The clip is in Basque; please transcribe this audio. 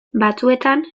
batzuetan